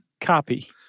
Copy